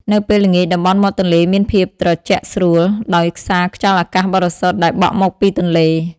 នៅពេលល្ងាច តំបន់មាត់ទន្លេមានភាពត្រជាក់ស្រួល ដោយសារខ្យល់អាកាសបរិសុទ្ធដែលបក់មកពីទន្លេ។